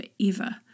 forever